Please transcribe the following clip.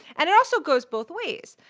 and it also goes both ways.